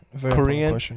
korean